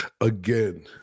Again